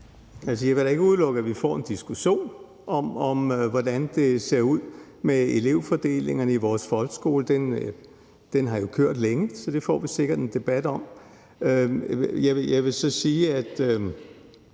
Jeg vil da ikke udelukke, at vi får en diskussion om, hvordan det ser ud med elevfordelingen i vores folkeskole. Den har jo kørt længe, så det får vi sikkert en debat om. Jeg vil så sige, at